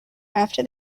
after